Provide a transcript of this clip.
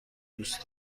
دوست